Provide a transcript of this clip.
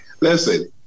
listen